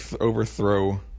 overthrow